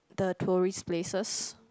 the tourist places